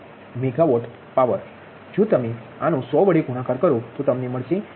જો તમે આનો 100 વડે ગુણાકાર કરો તો તમને મળશે 181